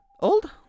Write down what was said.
Old